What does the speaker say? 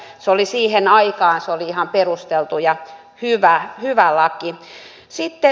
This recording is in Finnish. se oli siihen aikaan ihan perusteltu ja hyvä laki